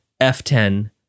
F10